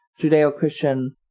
Judeo-Christian